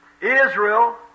Israel